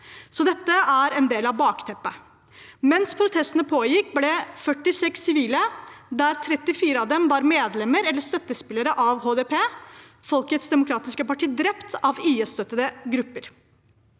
Dette er altså en del av bakteppet. Mens protestene pågikk, ble 46 sivile – der 34 av dem var medlemmer av eller støttespillere til HDP, Folkets demokratiske parti – drept av IS-støttede grupper.